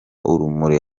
urumuri